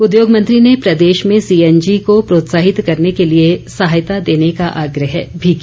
उद्योग मंत्री ने प्रदेश में सीएनजी को प्रोत्साहित करने के लिए सहायता देने का आग्रह भी किया